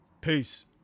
Peace